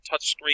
touchscreen